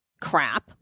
crap